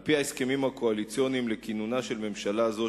על-פי ההסכמים הקואליציוניים לכינונה של ממשלה זו,